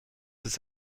ist